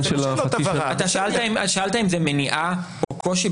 ------ שאלת אם זה מניעה או קושי.